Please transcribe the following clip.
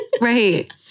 Right